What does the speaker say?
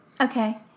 Okay